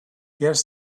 yes